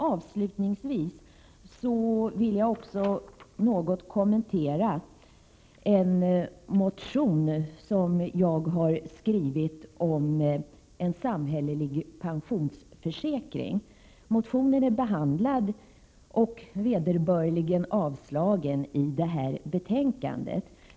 Avslutningsvis vill jag också något kommentera en motion som jag har skrivit om en samhällelig pensionsförsäkring. Motionen är behandlad och vederbörligen avstyrkt i detta betänkande.